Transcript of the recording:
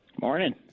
morning